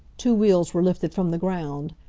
two wheels were lifted from the ground.